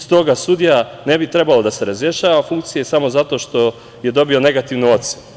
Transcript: Stoga sudija ne bi trebalo da se razrešava funkcije samo zato što je dobio negativnu ocenu.